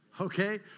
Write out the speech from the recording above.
Okay